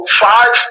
five